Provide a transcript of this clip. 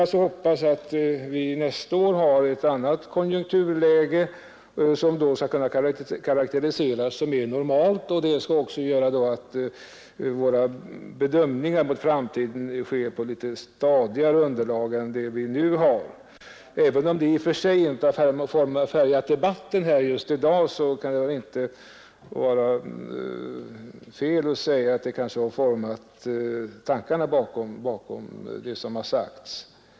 Vi får hoppas att vi nästa år har ett annat konjunkturläge, som skall kunna karakteriseras som mer normalt och göra att våra bedömningar inför framtiden får ett litet stadigare underlag än det vi nu har. Även om det här förhållandet i och för sig inte har färgat debatten i dag, kan det väl inte vara fel att påstå att det kanske har funnits med i tankarna bakom det som har sagts.